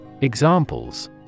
Examples